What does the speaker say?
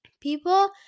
people